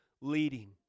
leading